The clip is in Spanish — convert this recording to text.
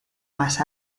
más